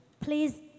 please